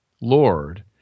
lord